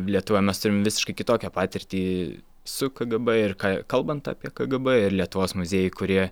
lietuvoj mes turim visiškai kitokią patirtį su kgb ir kalbant apie kgb ir lietuvos muziejai kurie